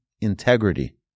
integrity